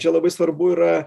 čia labai svarbu yra